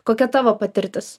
kokia tavo patirtis